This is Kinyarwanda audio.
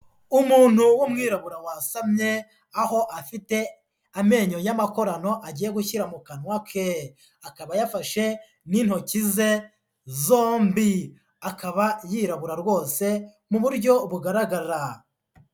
Umuntu w'umwirabura wasamye, aho afite amenyo y'amakorano agiye gushyira mu kanwa ke. Akaba ayafashe n'intoki ze zombi. Akaba yirabura rwose, mu buryo bugaragara.